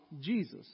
Jesus